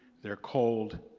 they're cold,